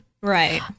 Right